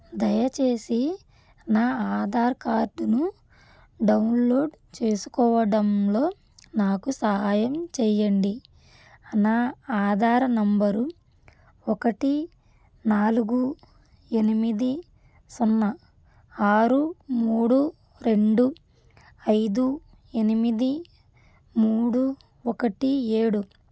దయచేసి నా ఆధార్ కార్డ్ను డౌన్లోడ్ చేసుకోవడంలో నాకు సహాయం చెయ్యండి నా ఆధార్ నెంబర్ ఒకటి నాలుగు ఎనిమిది సున్నా ఆరు మూడు రెండు ఐదు ఎనిమిది మూడు ఒకటి ఏడు